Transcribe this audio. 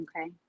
okay